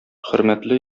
хөрмәтле